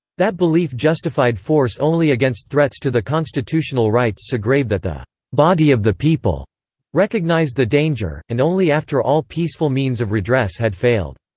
that belief justified force only against threats to the constitutional rights so grave that the body of the people recognized the danger, and only after all peaceful means of redress had failed.